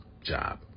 job